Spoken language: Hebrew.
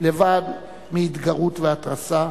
לבד מהתגרות והתרסה,